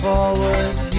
forward